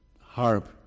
harp